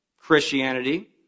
Christianity